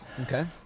Okay